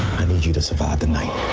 i need you to survive the night.